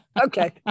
Okay